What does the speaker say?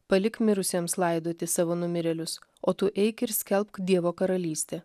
palik mirusiems laidoti savo numirėlius o tu eik ir skelbk dievo karalystę